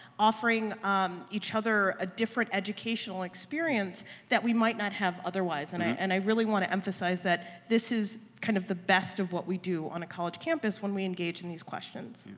offering um each other a different educational experience that we might not have otherwise and i and i really want to emphasize that this is kind of the best of what we do on a college campus when we engage in these questions.